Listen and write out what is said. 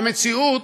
המציאות